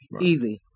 Easy